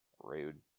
Rude